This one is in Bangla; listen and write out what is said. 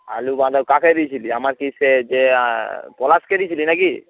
আলু বাঁধা কাকে দিয়েছিলি আমার কী সেই যে পলাশকে দিয়েছিলি নাকি